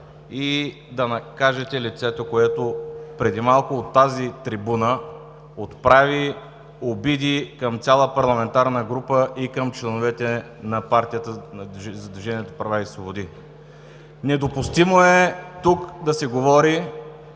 и да накажете лицето, което преди малко, от тази трибуна, отправи обиди към цяла парламентарна група и към членовете на „Движението за права и свободи“. Недопустимо е тук да се говори,